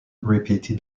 repeated